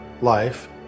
life